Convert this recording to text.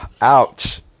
ouch